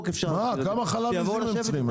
כמה חלב עיזים הם צריכים?